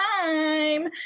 time